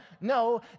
No